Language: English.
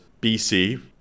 BC